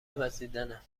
وزیدنه